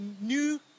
new